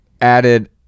added